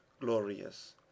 glorious